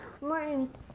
Martin